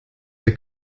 der